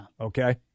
Okay